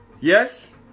Yes